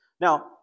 Now